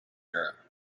era